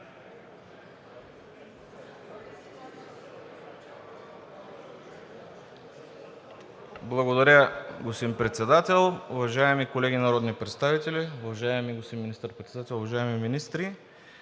Благодаря, господин Председател. Уважаеми народни представители, уважаеми господин Министър-председател, уважаеми министри!